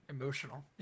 emotional